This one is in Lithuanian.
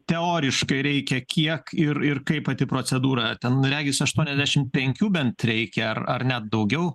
teoriškai reikia kiek ir ir kaip pati procedūra ten regis aštuoniasdešim penkių bent reikia ar ar net daugiau